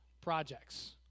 projects